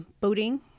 boating